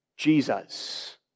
Jesus